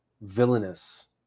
villainous